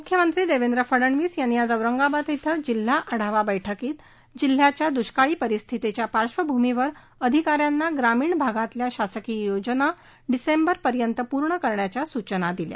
मुख्यमंत्री देवेंद्र फडनवीस यांनी आज औरंगाबाद क्रि जिल्हा आढावा बैठकीत दुष्काळी परिस्थितीच्या पाश्र्वभूमीवर अधिकाऱ्यांना ग्रामीण भागातील शासकीय योजना डिसेंबरपर्यंत पूर्ण करण्याच्या सूचना केल्या